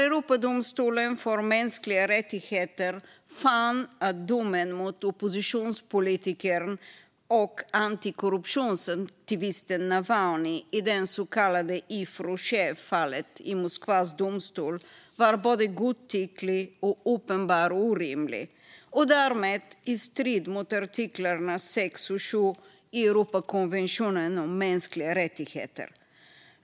Europadomstolen för mänskliga rättigheter fann att domen mot oppositionspolitikern och antikorruptionsaktivisten Navalnyj i det så kallade Yves Rocher-fallet i Moskvas domstol var både godtycklig och uppenbart orimlig, och därmed i strid mot artiklarna 6 och 7 i Europakonventionen om mänskliga rättigheter.